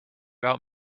about